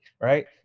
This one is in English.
Right